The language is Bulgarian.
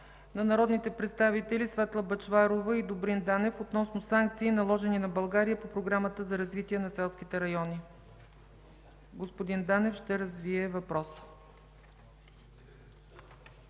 от народните представители Светла Бъчварова и Добрин Данев относно санкции, наложени на България по Програмата за развитие на селските райони. Господин Данев ще развие въпроса.